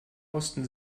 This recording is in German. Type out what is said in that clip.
osten